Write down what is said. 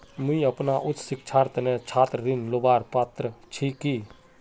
मुई अपना उच्च शिक्षार तने छात्र ऋण लुबार पत्र छि कि?